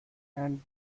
and